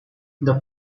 the